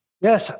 Yes